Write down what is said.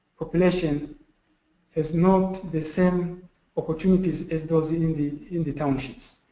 population has not the same opportunities as those in the in the townships.